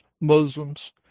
Muslims